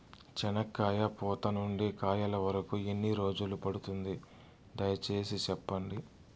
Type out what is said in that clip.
చెనక్కాయ పూత నుండి కాయల వరకు ఎన్ని రోజులు పడుతుంది? దయ సేసి చెప్పండి?